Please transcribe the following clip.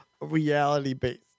reality-based